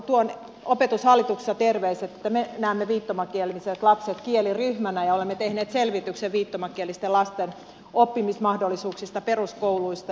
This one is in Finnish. tuon opetushallituksesta terveiset että me näemme viittomakieliset lapset kieliryhmänä ja olemme tehneet selvityksen viittomakielisten lasten oppimismahdollisuuksista peruskouluissa